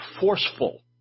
forceful